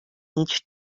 each